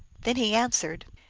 then he answered,